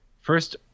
First